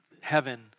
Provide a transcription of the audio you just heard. heaven